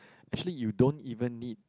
actually you don't even need